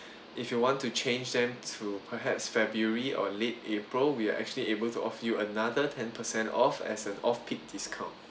if you want to change them to perhaps february or late april we are actually able to offer you another ten percent off as an off peak discount